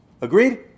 Agreed